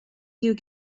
you